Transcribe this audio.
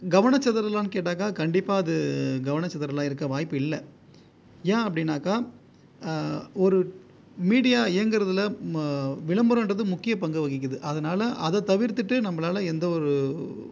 கவன சிதறலான்னு கேட்டாக்கால் கண்டிப்பாக அது கவன சிதறலாக இருக்க வாய்ப்பு இல்லை ஏன் அப்படின்னாக்கால் ஒரு மீடியா இயங்கிறதுல விளம்பரங்றது முக்கிய பங்கு வகிக்குது அதனால் அதை தவிர்த்துவிட்டு நம்மளால் எந்த ஒரு